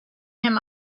him